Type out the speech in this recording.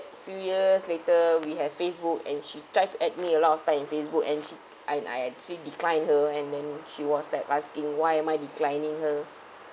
few years later we have facebook and she tried to add me a lot of time in facebook and she and I actually declined her and then she was like asking why am I declining her